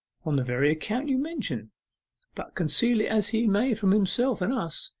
on the very account you mention but conceal it as he may from himself and us,